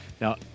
Now